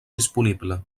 disponible